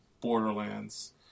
Borderlands